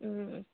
మ్మ్